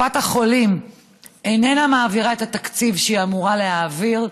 קופת החולים איננה מעבירה את התקציב שהיא אמורה להעביר.